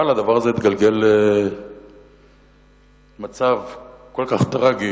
אבל הדבר הזה התגלגל למצב כל כך טרגי,